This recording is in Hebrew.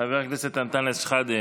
חבר הכנסת אנטאנס שחאדה,